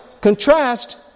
contrast